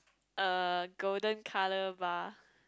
uh golden colour bar